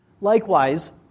Likewise